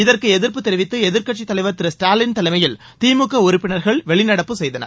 இதற்கு எதிர்ப்பு தெரிவித்து எதிர்கட்சித் தலைவர் திரு ஸ்டாலின் தலைமையில் திமுக உறுப்பினர்கள் வெளிநடப்பு செய்தனர்